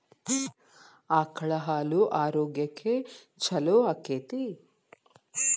ಆಕಳ ಹಾಲು ಆರೋಗ್ಯಕ್ಕೆ ಛಲೋ ಆಕ್ಕೆತಿ?